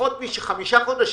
פחות מחמישה חודשים,